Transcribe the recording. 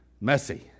messy